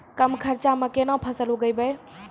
कम खर्चा म केना फसल उगैबै?